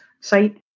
site